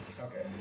Okay